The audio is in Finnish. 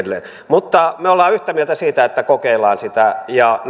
mutta me olemme yhtä mieltä siitä että kokeillaan sitä ja nähdään